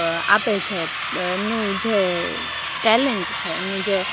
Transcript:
આપે છે એમનું જે ટેલેન્ટ છે એમનું જે